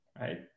right